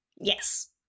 Yes